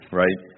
right